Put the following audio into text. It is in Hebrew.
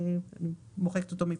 ולכן אני מוחקת אותו מפה.